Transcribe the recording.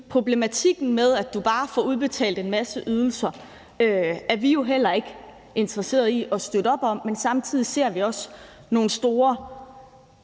problematikken med, at du bare får udbetalt en masse ydelser, er vi jo heller ikke interesseret i at støtte op om. Men samtidig ser vi også nogle